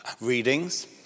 readings